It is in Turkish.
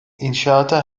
i̇nşaata